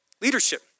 leadership